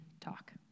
talk